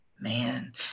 man